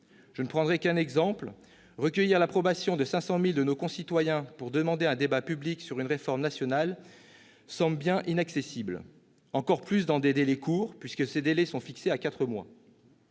Je ne prendrai qu'un exemple : recueillir l'approbation de 500 000 de nos concitoyens pour demander un débat public sur une réforme nationale semble bien inaccessible, encore plus dans des délais courts, fixés à quatre mois.